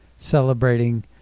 celebrating